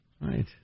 Right